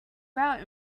route